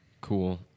cool